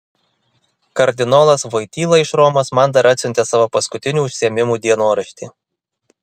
kardinolas voityla iš romos man dar atsiuntė savo paskutinių užsiėmimų dienoraštį